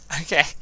Okay